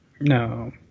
No